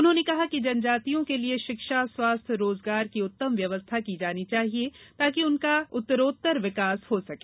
उन्होंने कहा कि जनजातियों के लिए शिक्षा स्वास्थ्य रोजगार की उत्तम व्यवस्था की जानी चाहिए ताकि उनका उत्तरोत्तर विकास हो सके